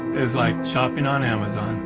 it's like shopping on amazon.